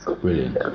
brilliant